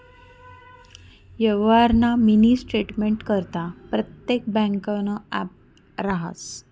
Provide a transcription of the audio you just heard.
यवहारना मिनी स्टेटमेंटकरता परतेक ब्यांकनं ॲप रहास